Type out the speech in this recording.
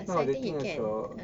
no the thing also